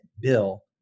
bill